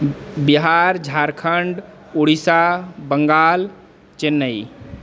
Bihar Jharkhand Odisha Bengal Chennai